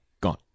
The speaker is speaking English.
gone